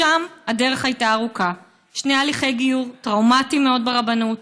משם הדרך הייתה ארוכה: שני הליכי גיור טראומטיים מאוד ברבנות,